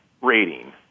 rating